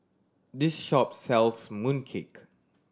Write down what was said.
this shop sells mooncake